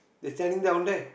they standing down there